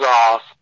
off